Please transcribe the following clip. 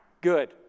good